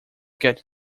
get